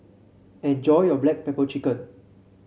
enjoy your Black Pepper Chicken